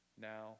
now